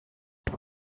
that